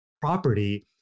property